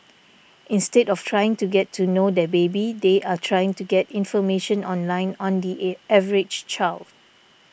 instead of trying to get to know their baby they are trying to get information online on the average child